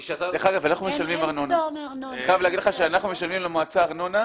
דרך אגב, אנחנו משלמים ארנונה.